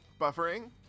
Buffering